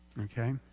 okay